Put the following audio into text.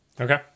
Okay